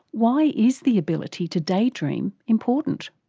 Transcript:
why is the ability to daydream important?